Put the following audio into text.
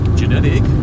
genetic